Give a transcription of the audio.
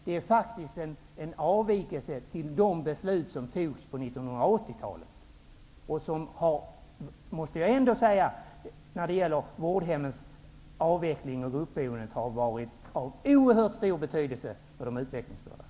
Det är även en avvikelse från de beslut som fattades under 1980-talet. Besluten om avvecklingen av vårdhemmen och en ökning av gruppboendet har varit av oerhört stor betydelse för de utvecklingsstörda.